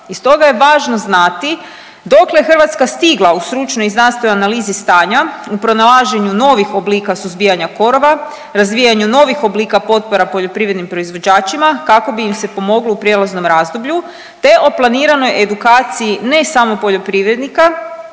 i stoga je važno znati dokle je Hrvatska stigla u stručnoj i znanstvenoj analizi stanja u pronalaženju novih oblika suzbijanja korova, razvijanju novih oblika potpora poljoprivrednim proizvođačima kako bi im se pomoglo u prijelaznom razdoblju te o planiranoj edukaciji ne samo poljoprivrednika